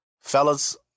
Fellas